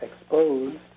exposed